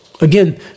Again